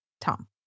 Tom